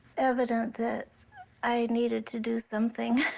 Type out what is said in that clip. evident that i needed to do something,